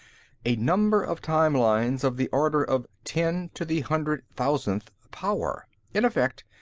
a number of time-lines of the order of ten to the hundred-thousandth power. in effect,